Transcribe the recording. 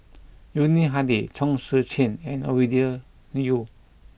Yuni Hadi Chong Tze Chien and Ovidia Yu